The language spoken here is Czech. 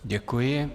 Děkuji.